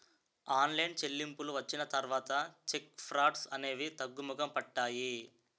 online చెల్లింపులు వచ్చిన తర్వాత చెక్ ఫ్రాడ్స్ అనేవి తగ్గుముఖం పట్టాయి